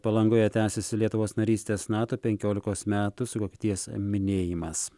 palangoje tęsiasi lietuvos narystės nato penkiolikos metų sukakties minėjimas